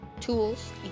tools